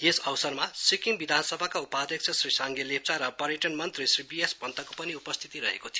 यस अवसरमा सिक्किम विधानसभाका उपाध्यक्ष श्री साइगे लेप्चा र पर्याटन मन्त्री श्री बी एस पन्तको पनि उपस्थिति रहेको थियो